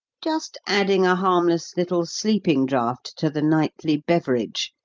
just adding a harmless little sleeping-draught to the nightly beverage,